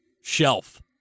shelf